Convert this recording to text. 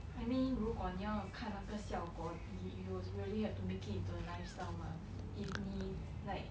I mean 如果你要看那个效果 did you must really have to make it into a lifestyle mah if 你 like